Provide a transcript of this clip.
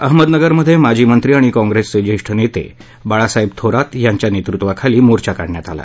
अहमदनगरमध्ये माजी मंत्री आणि काँग्रेसचे जेष्ठ नेते बाळासाहेब थोरात यांच्या नेतृत्वाखाली मोर्चा काढण्यात आला